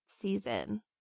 Season